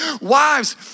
wives